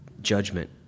judgment